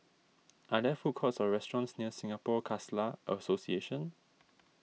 are there food courts or restaurants near Singapore Khalsa Association